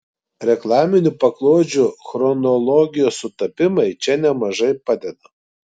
reklaminių paklodžių chronologijos sutapimai čia nemažai padeda